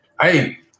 Hey